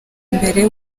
mbere